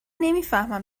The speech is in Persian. نمیفهمم